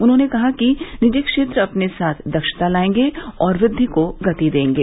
उन्होंने कहा कि निजी क्षेत्र अपने साथ दक्षता लाएंगे और वृद्धि को गति देंगे